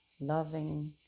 loving